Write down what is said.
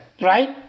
right